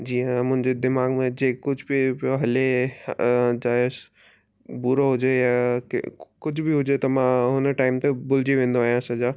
जीअं मुंहिंजे दिमाग़ में जे कुझु बि पियो हले चाहे स बुरो हुजे या क कुझु बि हुजे त मां हुन टाइम ते भुलिजी वेंदो आहियां सॼा